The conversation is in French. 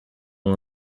mon